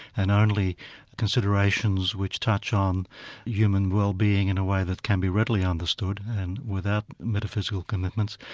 and only considerations which touch on human wellbeing in a way that can be readily understood, and without metaphysical commitments,